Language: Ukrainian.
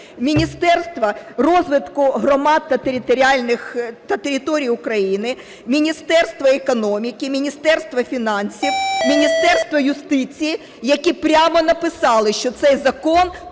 Міністерства розвитку громад та територій України, Міністерства економіки, Міністерства фінансів, Міністерства юстиції, - які прямо написали, що цей закон